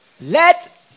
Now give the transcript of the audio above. let